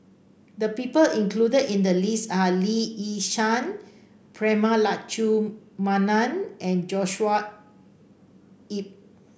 the people included in the list are Lee Yi Shyan Prema Letchumanan and Joshua Ip